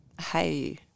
hey